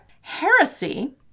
Heresy